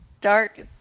dark